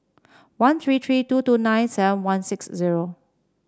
one three three two two nine seven one six zero